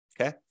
okay